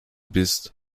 bist